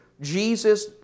Jesus